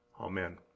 Amen